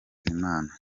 imana